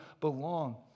belong